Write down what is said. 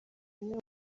amwe